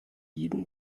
jeden